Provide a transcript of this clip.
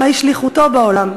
מה היא שליחותו בעולם,